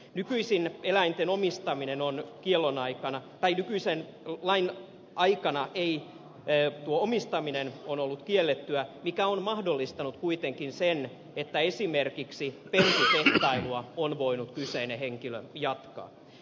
nykyisin eläinten omistaminen on kiellon aikana tai nykyisen lain aikana eläimen omistaminen ei ole ollut kiellettyä mikä on mahdollistanut sen että esimerkiksi pentutehtailua on voinut kyseinen henkilö jatkaa